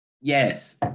Yes